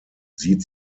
sieht